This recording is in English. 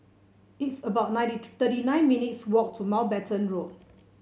it's about ninety thirty nine minutes' walk to Mountbatten Road